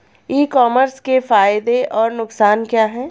ई commerce के फायदे और नुकसान क्या हैं?